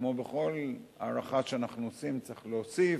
וכמו בכל הערכה שאנחנו עושים צריך להוסיף: